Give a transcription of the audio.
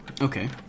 okay